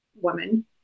woman